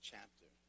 chapter